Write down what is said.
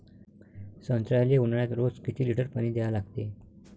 संत्र्याले ऊन्हाळ्यात रोज किती लीटर पानी द्या लागते?